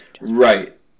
Right